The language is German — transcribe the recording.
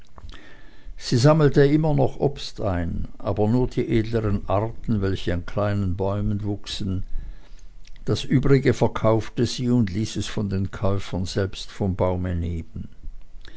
sie sammelte immer noch obst ein aber nur die edleren arten welche an kleinen bäumen wuchsen das übrige verkaufte sie und ließ es von den käufern selbst vom baume